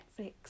Netflix